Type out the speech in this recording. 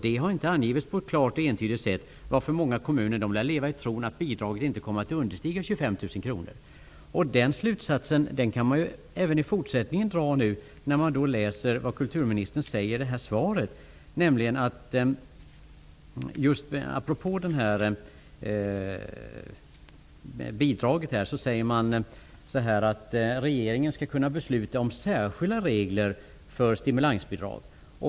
Det har inte angivits på ett klart och entydigt sätt, varför många kommuner lär leva i tron att bidraget inte kommer att understiga Den slutsatsen kan man även i fortsättningen dra när man läser vad kulturministern säger i svaret apropå bidraget. Där sägs att regeringen skall kunna besluta om särskilda regler för stimulansbidrag.